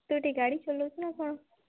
ତୁ ଏଇଠି ଗାଡ଼ି ଚଲଉଛୁ ନା କ'ଣ